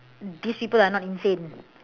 these people are not insane